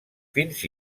fins